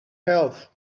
health